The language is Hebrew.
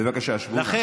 בבקשה, שבו נא.